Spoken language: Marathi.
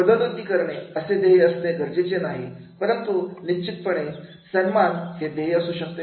पदोन्नती करणे असे ध्येय असणे गरजेचे नाही परंतु निश्चितपणे सन्मान हे ध्येय असू शकते